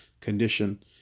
condition